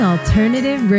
Alternative